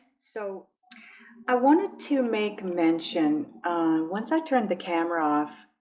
so i wanted to make mention once i turned the camera off.